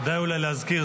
כדאי אולי להזכיר,